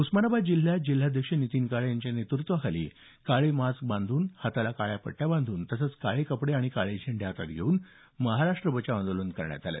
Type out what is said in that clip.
उस्मानाबाद जिल्ह्यात जिल्हाध्यक्ष नितीन काळे यांच्या नेतृत्वाखाली काळे मास्क बांधून हाताला काळा पट्ट्या बांधून तसंच काळे कपडे आणि काळे झेंडे हातात घेऊन महाराष्ट्र बचाव आंदोलन करण्यात आलं